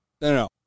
No